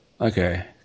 Okay